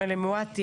אמילי מואטי,